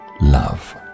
love